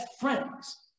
friends